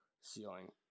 Ceiling